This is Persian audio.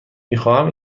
میخواهم